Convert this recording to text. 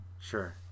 Sure